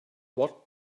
what